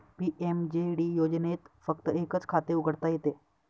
PMJD योजनेत फक्त एकच खाते उघडता येते